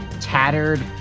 tattered